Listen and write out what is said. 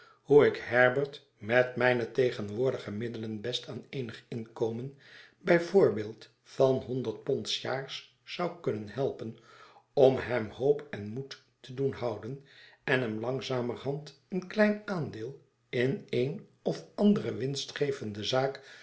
hoe ik herbert met mijne tegenwoordige middelen best aan eenig inkomen bij voorbeeld van honderd pond sjaars zou kunnen helpen om hem hoop en moed te doen houden en hem langzamerhand een klein aandeel in eene of andere winstgevende zaak